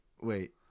Wait